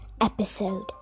episode